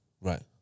right